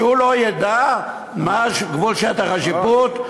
שהוא לא ידע מה גבול שטח השיפוט?